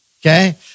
okay